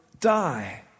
die